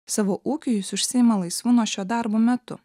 savo ūkiu jis užsiima laisvu nuo šio darbo metu